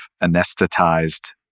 anesthetized